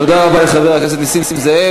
תודה רבה לחבר הכנסת נסים זאב.